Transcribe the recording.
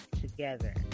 together